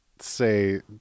say